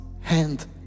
hand